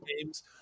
games